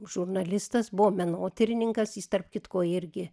žurnalistas buvo menotyrininkas jis tarp kitko irgi